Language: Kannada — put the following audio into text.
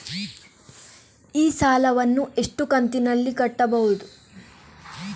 ಈ ಸಾಲವನ್ನು ಎಷ್ಟು ಕಂತಿನಲ್ಲಿ ಕಟ್ಟಬಹುದು?